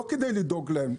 לא על מנת לדאוג להם,